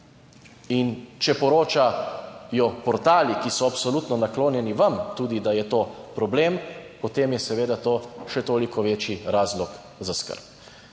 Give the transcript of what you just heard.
In če poročajo tudi portali, ki so absolutno naklonjeni vam, da je to problem, potem je seveda to še toliko večji razlog za skrb.